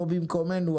לא במקומנו,